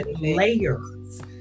layers